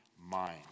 mind